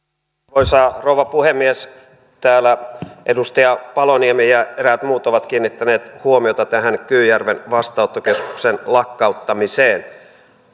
arvoisa rouva puhemies täällä edustaja paloniemi ja eräät muut ovat kiinnittäneet huomiota tähän kyyjärven vastaanottokeskuksen lakkauttamiseen